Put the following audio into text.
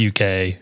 UK